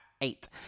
eight